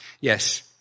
Yes